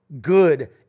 good